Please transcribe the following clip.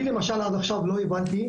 אני למשל עד עכשיו לא הבנתי,